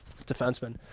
defenseman